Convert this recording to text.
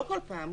לא בכל פעם.